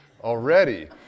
already